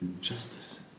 justice